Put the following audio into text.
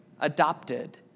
adopted